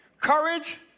Courage